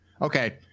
okay